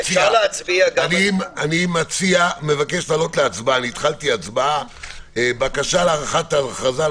אני מבקש להעלות להצבעה את הבקשה להארכת הכרזה על